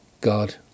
God